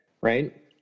right